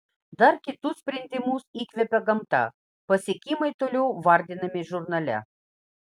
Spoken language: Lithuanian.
dar kitus sprendimus įkvėpė gamta pasiekimai toliau vardinami žurnale